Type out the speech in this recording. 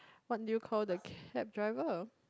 what do you call the cab driver